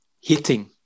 hitting